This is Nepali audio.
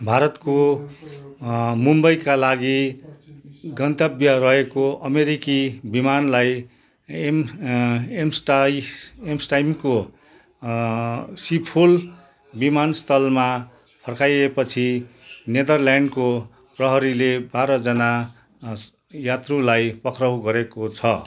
भारतको मुम्बईका लागि गन्तव्य रहेको अमेरिकी विमानलाई एम्स एम्स्ट एम्स्टर्डमको सिफोल विमानस्थलमा फर्काइएपछि निदरल्यान्डको प्रहरीले बाह्रजना यात्रुलाई पक्राउ गरेको छ